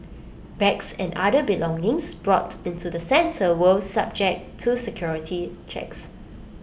bags and other belongings brought into the centre will subject to security checks